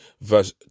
verse